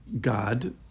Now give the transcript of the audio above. God